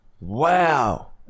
Wow